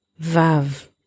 Vav